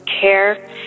care